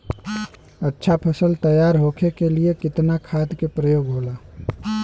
अच्छा फसल तैयार होके के लिए कितना खाद के प्रयोग होला?